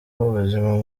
b’ubuzima